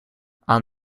aan